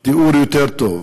תיאור יותר טוב.